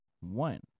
one